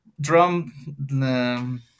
drum